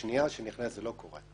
באופציה השנייה זה לא קורה,